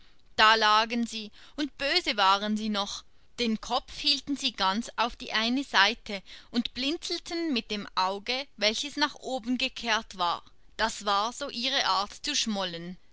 da lagen sie und böse waren sie noch den kopf hielten sie ganz auf die eine seite und blinzelten mit dem auge welches nach oben gekehrt war das war so ihre art zu schmollen